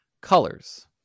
Colors